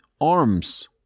arms